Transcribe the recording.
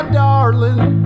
darling